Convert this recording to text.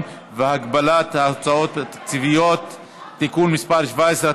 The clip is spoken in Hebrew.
והגבלת ההוצאה התקציבית (תיקון מס' 17),